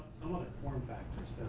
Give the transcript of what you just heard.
form factors,